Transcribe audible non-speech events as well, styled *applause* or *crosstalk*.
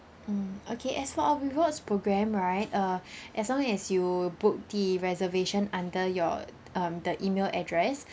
mm okay as for our rewards programme right uh *breath* as long as you book the reservation under your um the email address